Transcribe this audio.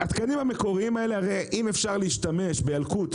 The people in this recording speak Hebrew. התקנים המקוריים האלה הרי אם אפשר להשתמש בילקוט,